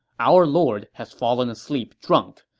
our lord has fallen asleep drunk,